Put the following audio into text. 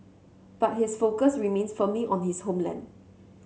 but his focus remains firmly on his homeland